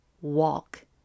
walk